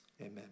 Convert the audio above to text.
amen